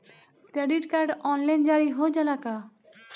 Credit card online जारी हो जाला का?